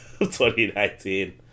2019